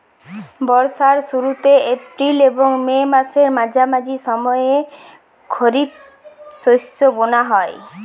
বর্ষার শুরুতে এপ্রিল এবং মে মাসের মাঝামাঝি সময়ে খরিপ শস্য বোনা হয়